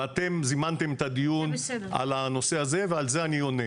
ואתם זימנתם את הדיון על הנושא הזה ועל זה אני עונה.